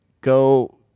go